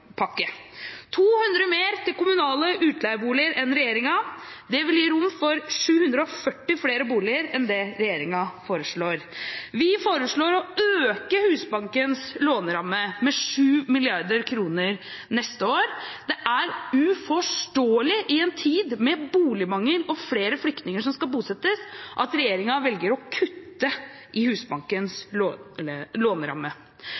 200 mill. kr mer til kommunale utleieboliger enn regjeringen. Det vil gi rom for 740 flere boliger enn det regjeringen foreslår. Vi foreslår å øke Husbankens låneramme med 7 mrd. kr neste år. Det er uforståelig i en tid med boligmangel og flere flyktninger som skal bosettes, at regjeringen velger å kutte i Husbankens låneramme.